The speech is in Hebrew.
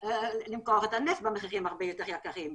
אם כריש ימכור 6 BCM ולא תמר ולא לווייתן ימכור אותם,